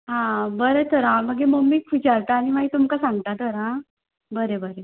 आं बरें तर हांव मागीर मम्मीक विचारता आनी मागीर तुमकां सांगतां तर आं बरें बरें